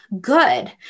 good